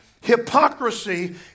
hypocrisy